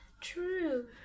True